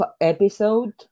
episode